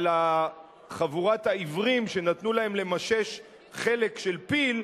על חבורת העיוורים שנתנו להם למשש חלק של פיל,